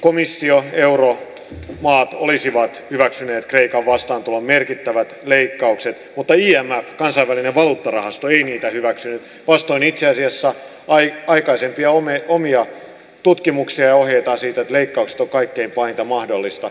komissio euromaat olisivat hyväksyneet kreikan vastaantulon merkittävät leikkaukset mutta imf kansainvälinen valuuttarahasto ei niitä hyväksynyt itse asiassa vastoin aikaisempia omia tutkimuksiaan ja ohjeitaan siitä että leikkaukset ovat kaikkein pahinta mahdollista